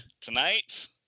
Tonight